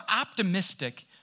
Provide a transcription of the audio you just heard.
optimistic